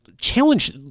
challenge